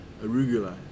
arugula